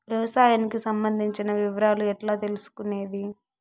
వ్యవసాయానికి సంబంధించిన వివరాలు ఎట్లా తెలుసుకొనేది?